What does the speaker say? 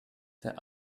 der